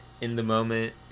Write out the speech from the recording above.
in-the-moment